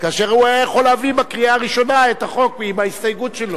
כאשר הוא היה יכול להביא בקריאה הראשונה את החוק עם ההסתייגות שלו.